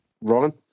Ryan